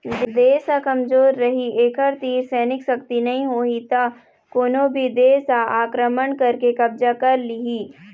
देश ह कमजोर रहि एखर तीर सैनिक सक्ति नइ होही त कोनो भी देस ह आक्रमण करके कब्जा कर लिहि